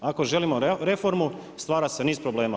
Ako želimo reformu stvara se niz problema.